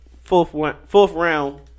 fourth-round